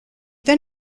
then